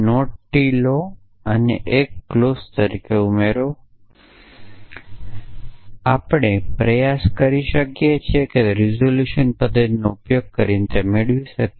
T લો અને તેને એક ક્લોઝ તરીકે ઉમેરો અને દાવો એ છે કે આ સમૂહ અસંતોષકારક છે શું તે અસંતોષકારક છે આપણે પ્રયાસ કરી શકીએ છીએ કે રીઝોલ્યુશન પદ્ધતિનો ઉપયોગ કરીને તે મેળવી શકીએ